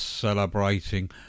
celebrating